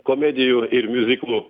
komedijų ir miuziklų